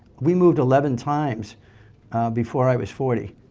we moved eleven times before i was forty.